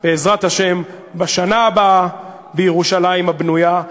בעזרת השם, בשנה הבאה בירושלים הבנויה.